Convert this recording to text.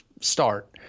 start